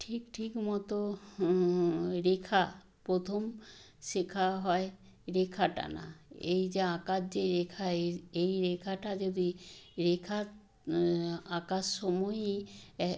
ঠিক ঠিক মতো রেখা প্রথম শেখা হয় রেখা টানা এই যে আঁকার যে রেখা এই এই রেখাটা যদি রেখা আঁকার সময়ই